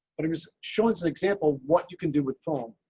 and it just shows the example what you can do with foam.